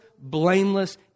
blameless